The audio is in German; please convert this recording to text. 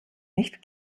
nicht